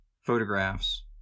photographs